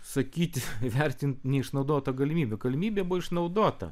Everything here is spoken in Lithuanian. sakyti vertinti neišnaudota galimybė galimybė buvo išnaudota